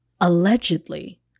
allegedly